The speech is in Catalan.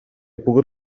pugues